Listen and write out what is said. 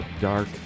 Dark